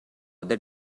other